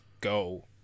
go